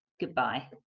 goodbye